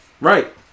right